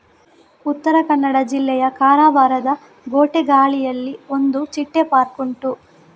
ಉತ್ತರ ಕನ್ನಡ ಜಿಲ್ಲೆಯ ಕಾರವಾರದ ಗೋಟೆಗಾಳಿಯಲ್ಲಿ ಒಂದು ಚಿಟ್ಟೆ ಪಾರ್ಕ್ ಉಂಟು